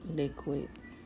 liquids